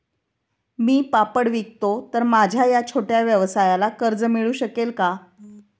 मी पापड विकतो तर माझ्या या छोट्या व्यवसायाला कर्ज मिळू शकेल का?